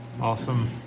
Awesome